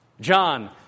John